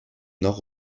nord